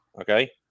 Okay